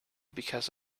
because